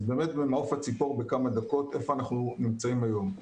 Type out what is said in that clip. אז באמת במעוף הציפור בכמה דקות איפה אנחנו נמצאים היום.